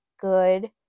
good